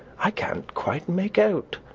i can't quite make out.